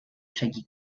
шаги